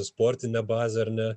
sportinę bazę ar ne